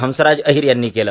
हंसराज अहिर यांनी केलं